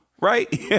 Right